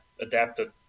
adapted